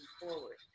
forward